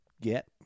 get